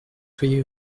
soyez